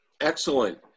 Excellent